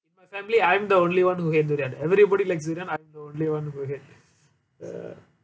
in my family I'm the only one who hate durian everybody likes durian I'm the only one who hate ya